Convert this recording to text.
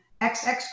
xx